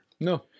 No